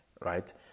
right